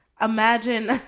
imagine